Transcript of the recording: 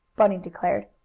bunny declared.